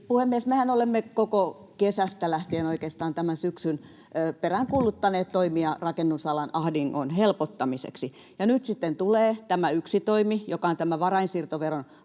Puhemies! Mehän olemme kesästä lähtien, oikeastaan tämän syksyn, peräänkuuluttaneet toimia rakennusalan ahdingon helpottamiseksi, ja nyt sitten tulee tämä yksi toimi, joka on tämä varainsiirtoveron